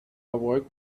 awoke